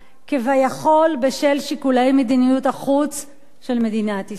כביכול בשל שיקולי מדיניות החוץ של מדינת ישראל.